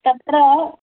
तत्र